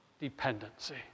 dependency